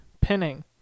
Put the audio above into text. pinning